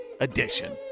edition